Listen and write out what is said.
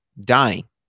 dying